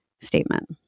statement